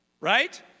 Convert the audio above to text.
right